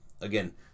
again